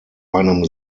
einem